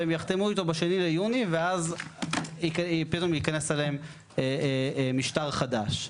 והם יחתמו איתו ב-2 ביוני טרם ייכנס עליהם משטר חדש,